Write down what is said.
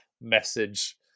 message